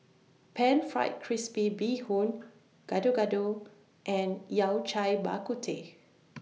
Pan Fried Crispy Bee Hoon Gado Gado and Yao Cai Bak Kut Teh